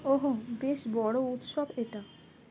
ওহো বেশ বড় উৎসব এটা